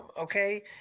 Okay